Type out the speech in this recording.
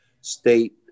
state